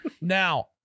Now